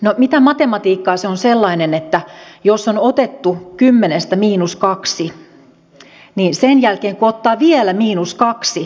no mitä matematiikkaa se on sellainen että jos on otettu kymmenestä miinus kaksi niin sen jälkeen kun ottaa vielä miinus kaksi niin se on oikeudenmukaisuutta